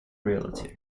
realty